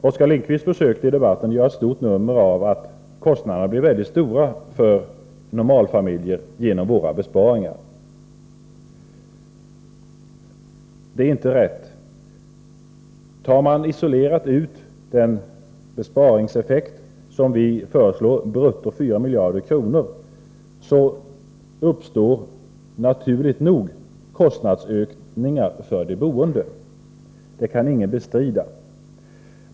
Oskar Lindkvist har i debatten försökt göra ett stort nummer av att kostnaderna på grund av våra besparingsförslag skulle bli väldigt stora för normalfamiljer. Det är inte rätt. Tar man isolerat ut den besparingseffekt som vi föreslår — brutto 4 miljarder kronor — uppstår naturligt nog kostnadsökningar för de boende; det kan ingen bestrida.